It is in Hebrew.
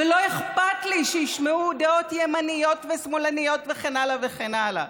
ולא אכפת לי שישמעו דעות ימניות ושמאלניות וכן הלאה וכן הלאה.